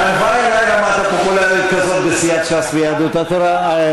הלוואי עלי רמת פופולריות כזאת בסיעת ש"ס וביהדות התורה.